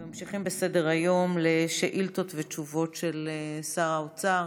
נמשיך בסדר-היום לשאילתות ותשובות לשר האוצר.